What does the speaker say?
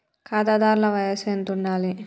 ఖాతాదారుల వయసు ఎంతుండాలి?